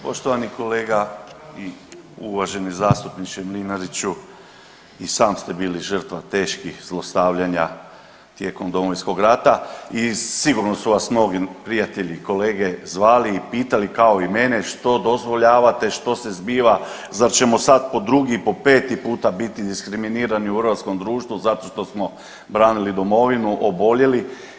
Poštovani kolega i uvaženi zastupniče Mlinariću i sam ste bili žrtva teških zlostavljanja tijekom Domovinskog rata i sigurno su vas mnogi prijatelji i kolege zvali i pitali kao i mene što dozvoljavate, što se zbiva, zar ćemo sad po drugi, po peti puta biti diskriminirani u hrvatskom društvu zato što smo branili Domovinu, oboljeli.